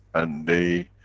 and they,